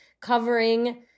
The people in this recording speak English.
covering